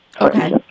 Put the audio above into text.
Okay